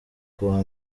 kuwa